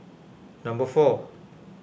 number four